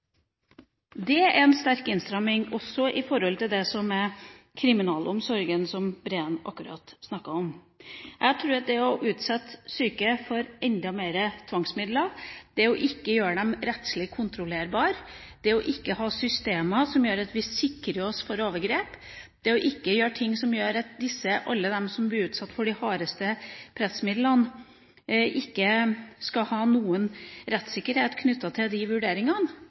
Det er en sterk innstramming også i forhold til det som er kriminalomsorgen, som Breen akkurat snakket om. Det å utsette syke for enda mer tvangsmidler, det å ikke gjøre dem rettslig kontrollerbare, det å ikke ha systemer som sikrer oss mot overgrep, det å ikke gjøre ting som gjør at alle de som blir utsatt for de hardeste pressmidlene, ikke skal ha noen rettssikkerhet knyttet til de vurderingene,